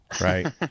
Right